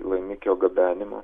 laimikio gabenimu